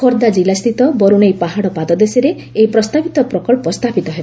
ଖୋର୍ଦ୍ଧା କିଲ୍ଲାସ୍ଥିତ ବରୁଣେଇ ପାହାଡ଼ ପାଦଦେଶରେ ଏହି ପ୍ରସ୍ତାବିତ ପ୍ରକଳ୍ପ ସ୍ଥାପିତ ହେବ